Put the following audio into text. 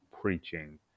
preaching